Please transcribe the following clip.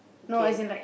okay